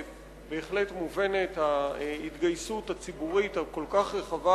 ובהחלט מובנת ההתגייסות הציבורית הכל-כך רחבה